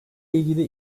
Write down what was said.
ilgili